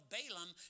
Balaam